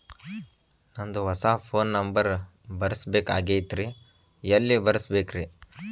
ನಂದ ಹೊಸಾ phone number ಬರಸಬೇಕ್ ಆಗೈತ್ರಿ ಎಲ್ಲೆ ಬರಸ್ಬೇಕ್ರಿ?